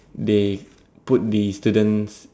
they put the student's